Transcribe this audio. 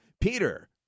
Peter